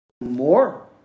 More